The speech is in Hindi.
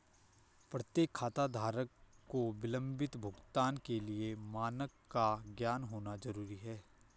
प्रत्येक खाताधारक को विलंबित भुगतान के लिए मानक का ज्ञान होना जरूरी है